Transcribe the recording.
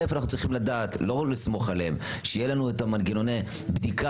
אל"ף אנו צריכים לדעת לא רק לסמוך עליהם - שיהיה לנו מנגנוני הבדיקה